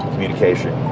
communication.